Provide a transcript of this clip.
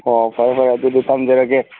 ꯍꯣ ꯐꯔꯦ ꯐꯔꯦ ꯑꯗꯨꯗꯤ ꯊꯝꯖꯔꯒꯦ